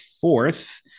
fourth